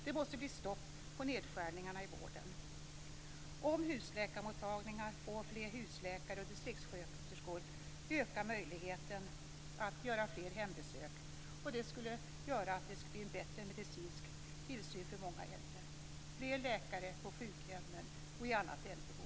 Det måste bli stopp på nedskärningarna i vården. Om husläkarmottagningarna får fler husläkare och distriktssköterskor ökar möjligheten att göra fler hembesök. Det skulle göra att det blir en bättre medicinsk tillsyn för många äldre. Det behövs fler läkare på sjukhemmen och i annat äldreboende.